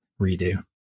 redo